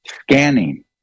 scanning